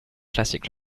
classic